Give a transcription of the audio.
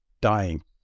dying